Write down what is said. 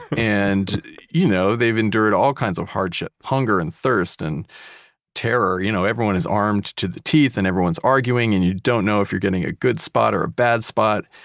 and you know, they've endured all kinds of hardships hunger and thirst and terror. you know, everyone is armed to the teeth, and everyone's arguing, and you don't know if you're getting a good spot or a bad spot,